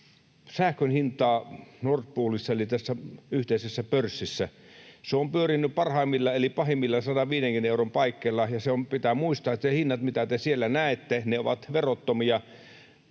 sähkön hintaa Nord Poolissa eli tässä yhteisessä pörssissä. Se on pyörinyt parhaimmillaan eli pahimmillaan 150 euron paikkeilla. Ja pitää muistaa, että ne hinnat, mitä te siellä näette, ovat verottomia